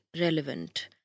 relevant